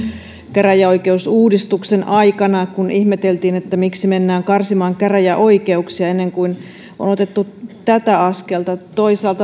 käräjäoikeusuudistuksen aikana kun ihmeteltiin miksi mennään karsimaan käräjäoikeuksia ennen kuin on otettu tätä askelta toisaalta